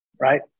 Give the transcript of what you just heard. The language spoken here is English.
Right